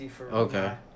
Okay